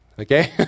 Okay